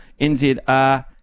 NZR